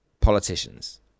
politicians